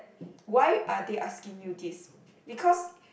why are they asking you this because